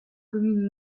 communes